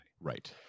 right